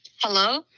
Hello